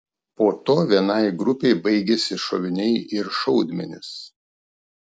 po to vienai grupei baigėsi šoviniai ir šaudmenys